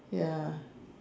ya